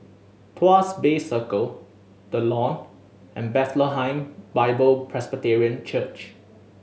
Tuas Bay Circle The Lawn and Bethlehem Bible Presbyterian Church